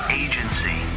agency